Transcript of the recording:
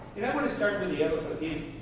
yeah wanna start with the elephant in